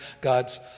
God's